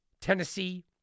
Tennessee